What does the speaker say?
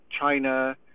China